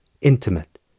intimate